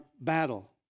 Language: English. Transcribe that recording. battle